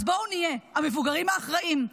אז בואו נהיה המבוגרים האחראים,